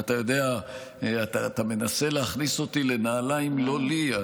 אתה יודע, אתה מנסה להכניס אותי לנעליים לא לי.